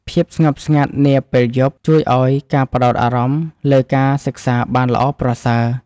ភាពស្ងប់ស្ងាត់នាពេលយប់ ជួយឱ្យការផ្តោតអារម្មណ៍លើការសិក្សាបានល្អប្រសើរ។